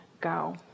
go